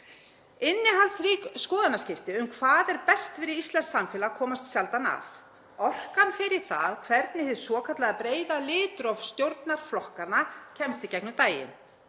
Innihaldsrík skoðanaskipti um hvað er best fyrir íslenskt samfélag komast sjaldan að. Orkan fer í það hvernig hið svokallaða breiða litróf stjórnarflokkanna kemst í gegnum daginn